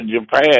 Japan